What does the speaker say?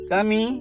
Kami